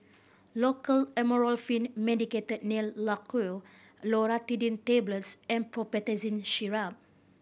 Loceryl Amorolfine Medicated Nail Lacquer Loratadine Tablets and Promethazine Syrup